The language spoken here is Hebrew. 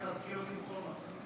אתה חייב להזכיר אותי בכל מצב.